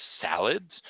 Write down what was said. salads